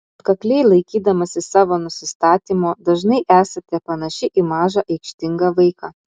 atkakliai laikydamasi savo nusistatymo dažnai esate panaši į mažą aikštingą vaiką